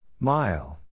Mile